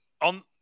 On